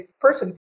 person